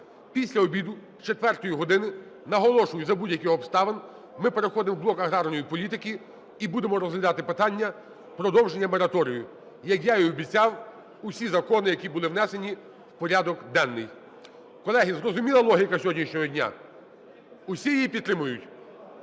Після обіду, з четвертої години, наголошую, за будь-яких обставин ми переходимо в блок аграрної політики і будемо розглядати питання продовження мораторію. Як я і обіцяв, усі закони, які були внесені в порядок денний. Колеги, зрозуміла логіка сьогоднішнього дня? Усі її підтримують?